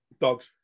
Dogs